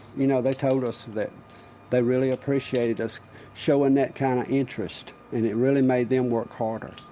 you know? they told us that they really appreciated us showing that kind of interest. and it really made them work harder.